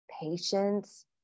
patience